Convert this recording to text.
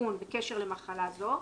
בסיכון בקשר למחלה זו,